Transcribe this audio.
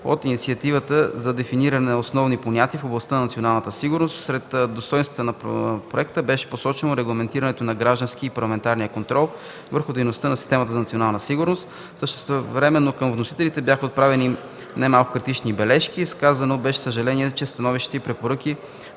от инициативата за дефиниране на основни понятия в областта на националната сигурност. Сред достойнствата на проекта беше посочено регламентирането на гражданския и парламентарния контрол върху дейността на системата за национална сигурност. Същевременно към вносителите бяха отправени немалко критични бележки. Изказано беше съжаление, че становища и препоръки